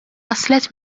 waslet